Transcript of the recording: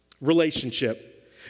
Relationship